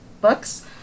books